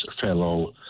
fellow